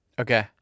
Okay